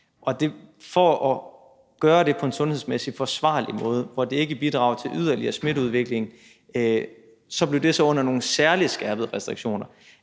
og for at gøre det på en sundhedsmæssigt forsvarlig måde, hvor det ikke bidrager til yderligere smitteudvikling, så blev det så under nogle særligt skærpede restriktioner.